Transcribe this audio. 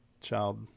child